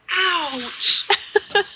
Ouch